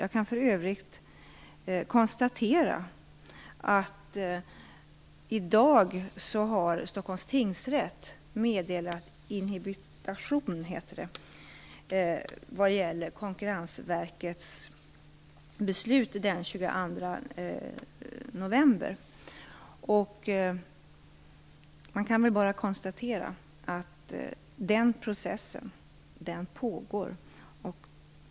Jag kan för övrigt konstatera att Stockholms tingsrätt i dag har meddelat inhibition vad gäller Konkurrensverkets beslut den 22 november. Man kan väl bara konstatera att den processen pågår.